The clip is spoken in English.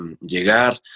llegar